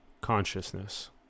consciousness